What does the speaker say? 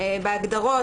בהגדרות,